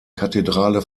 kathedrale